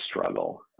struggle